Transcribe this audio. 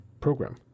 program